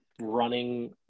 running